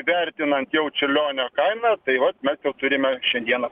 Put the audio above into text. vertinant jau čiurlionio kainą tai vat mes jau turime šiandieną